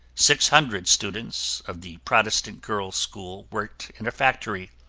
six hundred students of the protestant girls' school worked in a factory,